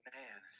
man